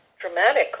dramatically